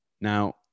Now